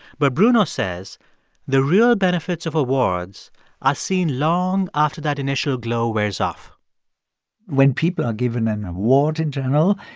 but bruno says the real benefits of awards are seen long after that initial glow wears off when people are given an award in general,